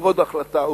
ובעוד החלטה,